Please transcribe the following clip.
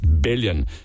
billion